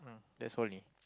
that's only